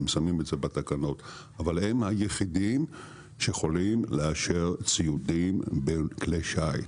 הם שמים את זה בתקנות אבל הם היחידים שיכולים לאשר ציודים בכלי שיט.